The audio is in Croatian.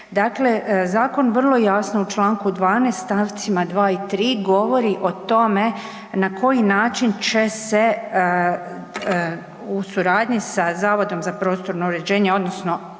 Dakle, zakon vrlo jasno u Članku 12. stavcima 2. i 3. govori o tome na koji način će se u suradnji sa Zavodom za prostorno uređenje odnosno da je